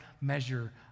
measure